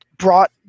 Brought